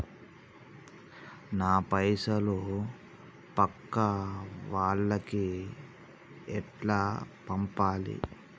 నా పైసలు పక్కా వాళ్లకి ఎట్లా పంపాలి?